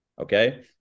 Okay